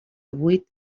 vuit